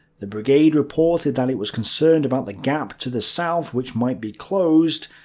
the brigade reported that it was concerned about the gap to the south, which might be closed,